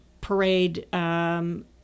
parade